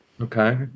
Okay